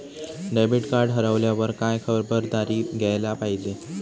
Debit card हरवल्यावर काय खबरदारी घ्यायला पाहिजे?